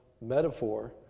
metaphor